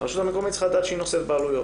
הרשות המקומית צריכה לדעת שהיא נושאת בעלויות.